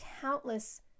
countless